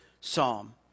psalm